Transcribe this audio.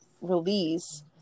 release